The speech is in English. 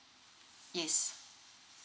yes